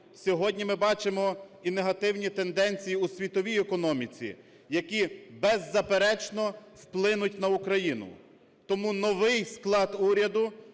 сьогодні ми бачимо і негативні тенденції у світовій економіці, які, беззаперечно, вплинуть на Україну. Тому новий склад уряду